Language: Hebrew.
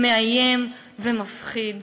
מאיים ומפחיד.